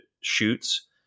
shoots